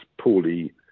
poorly